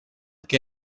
que